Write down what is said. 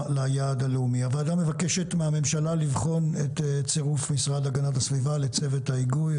הוועדה מבקשת מהממשלה לבחון את צירוף המשרד להגנת הסביבה לצוות ההיגוי.